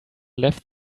left